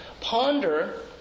Ponder